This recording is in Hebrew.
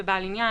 בבעל עניין?